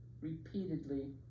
repeatedly